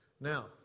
Now